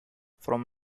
from